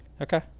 Okay